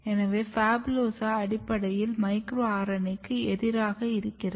எனவே PHABULOSA அடிப்படையில் micro RNA க்கு எதிராக இருக்கிறது